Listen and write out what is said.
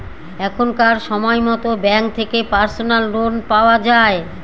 এখনকার সময়তো ব্যাঙ্ক থেকে পার্সোনাল লোন পাওয়া যায়